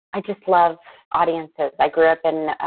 i just love audiences. i grew up in